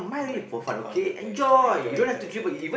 my Bangla friend I enjoy correct correct